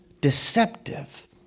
deceptive